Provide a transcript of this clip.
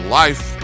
life